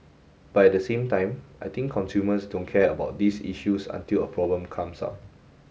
but at the same time I think consumers don't care about these issues until a problem comes up